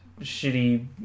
shitty